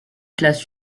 classe